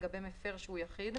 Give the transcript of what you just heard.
לגבי מפר שהוא יחיד,